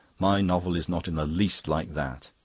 my novel is not in the least like that.